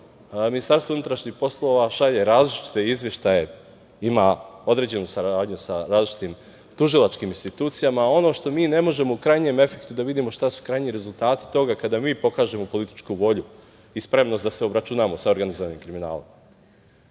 konstantno MUP šalje različite izveštaje, ima određenu saradnju sa različitim tužilačkim institucijama, a ono što mi ne možemo u krajnjem efektu da vidimo šta su krajnji rezultati toga kada mi pokažemo političku volju i spremnost da se obračunamo sa organizovanim kriminalom. Mi